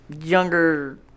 younger